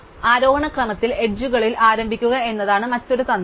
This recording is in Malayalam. ആരോഹണ ക്രമത്തിൽ അരികുകളിൽ ആരംഭിക്കുക എന്നതാണ് മറ്റൊരു തന്ത്രം